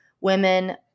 women